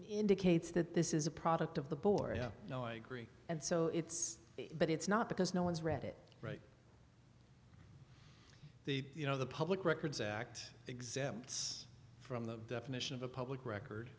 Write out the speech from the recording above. indicates that this is a product of the burra no i agree and so it's but it's not because no one's read it right the you know the public records act exempts from the definition of a public record